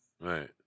Right